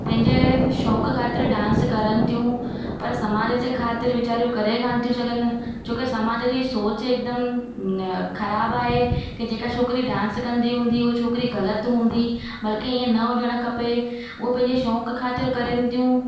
पंहिंजे शौंक़ु ख़ातिर डांस करनि थियूं पर समाज जे ख़ातिर वेचारियूं करे कोन थियूं सघनि छो की समाज जी सोच हिकदमि अ ख़राबु आहे की जेका छोकिरी डांस कंदी हूंदी उहा छोकिरी ग़लति हूंदी बल्कि हीअं न हुजणु खपे उहे पंहिंजे शौंक़ु ख़ातिर करनि थियूं